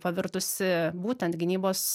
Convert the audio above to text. pavirtusi būtent gynybos